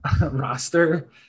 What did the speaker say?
roster